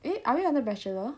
eh are we under bachelor